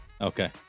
Okay